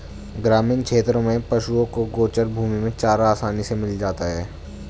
ग्रामीण क्षेत्रों में पशुओं को गोचर भूमि में चारा आसानी से मिल जाता है